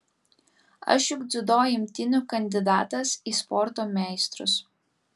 aš juk dziudo imtynių kandidatas į sporto meistrus